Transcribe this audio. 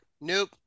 Nope